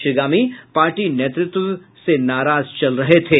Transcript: Shri Gami party नेतृत्व में नाराज चल रहे थे